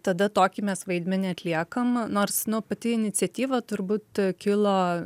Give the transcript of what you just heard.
tada tokį mes vaidmenį atliekam nors nu pati iniciatyva turbūt kilo